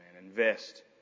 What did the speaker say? Invest